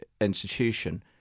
institution